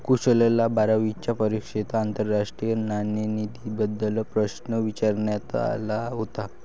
कुशलला बारावीच्या परीक्षेत आंतरराष्ट्रीय नाणेनिधीबद्दल प्रश्न विचारण्यात आला होता